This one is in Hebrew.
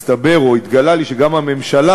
מסתבר או התגלה לי שגם הממשלה,